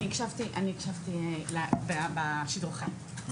אני הקשבתי בשידור החי.